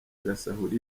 agasahura